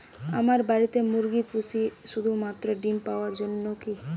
আমরা বাড়িতে মুরগি পুষি শুধু মাত্র ডিম পাওয়ার জন্যই কী?